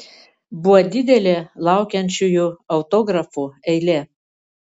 buvo didelė laukiančiųjų autografų eilė